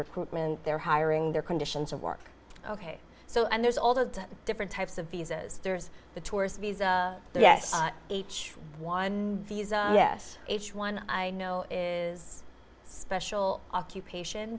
recruitment their hiring their conditions of work ok so and there's all those different types of visas there's the tourist visa yes h one visa yes h one i know is special occupation